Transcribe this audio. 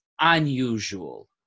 unusual